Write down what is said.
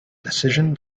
decision